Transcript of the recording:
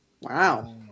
Wow